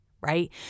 right